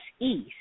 East